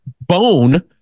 bone